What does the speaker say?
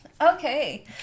Okay